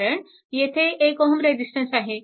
कारण येथे 1 Ω रेजिस्टन्स आहे